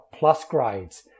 Plusgrades